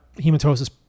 hematosis